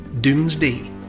Doomsday